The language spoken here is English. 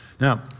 Now